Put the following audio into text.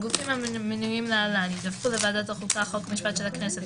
44. הגופים המנויים להלן ידווחו לוועדת החוקה חוק ומשפט של הכנסת,